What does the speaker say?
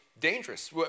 dangerous